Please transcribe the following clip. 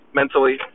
mentally